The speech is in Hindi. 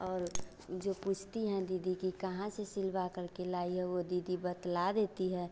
और जो पूछती हैं दीदी कि कहाँ से सिलवा करके लाई हो वह दीदी बतला देती है